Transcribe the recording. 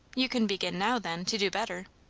you can begin now, then, to do better.